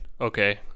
Okay